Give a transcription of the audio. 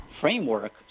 framework